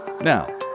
Now